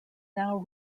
now